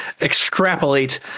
extrapolate